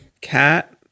cat